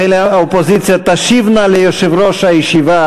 לא להפריע בהצבעה,